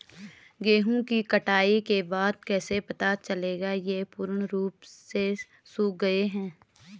गेहूँ की कटाई के बाद कैसे पता चलेगा ये पूर्ण रूप से सूख गए हैं?